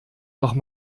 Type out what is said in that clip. doch